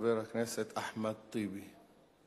חבר הכנסת אחמד טיבי.